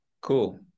cool